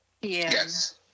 Yes